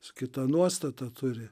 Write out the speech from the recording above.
su kita nuostata turi